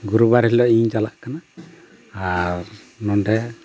ᱜᱩᱨᱩᱵᱟᱨ ᱦᱤᱞᱳᱜ ᱤᱧ ᱪᱟᱞᱟᱜ ᱠᱟᱱᱟ ᱟᱨ ᱱᱚᱰᱮ